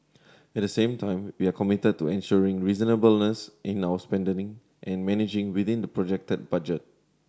at the same time we are committed to ensuring reasonableness in our spending and managing within the projected budget